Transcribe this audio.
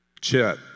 Chet